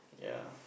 ya